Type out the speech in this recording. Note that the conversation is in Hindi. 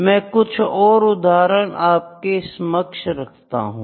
मैं कुछ और उदाहरण आपके समक्ष रखता हूं